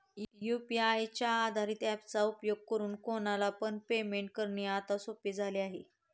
UPI च्या आधारित app चा उपयोग करून कोणाला पण पेमेंट करणे आता सोपे झाले आहे